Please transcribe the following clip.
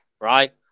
right